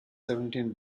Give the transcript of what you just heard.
seventeen